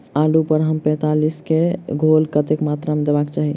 आलु पर एम पैंतालीस केँ घोल कतेक मात्रा मे देबाक चाहि?